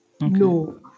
No